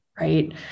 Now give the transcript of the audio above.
right